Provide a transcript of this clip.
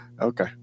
Okay